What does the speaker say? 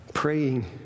Praying